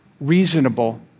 reasonable